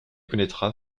connaîtra